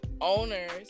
owners